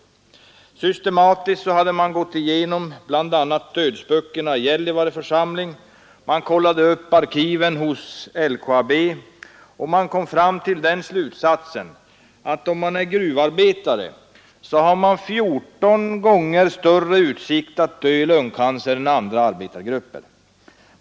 Systematiskt hade man gått igenom bl.a. dödsböckerna i Gällivare församling, kollat upp arkiven hos LKAB och kommit till slutsatsen, att de som är gruvarbetare löper 14 gånger större risk att dö i lungcancer än andra arbetare.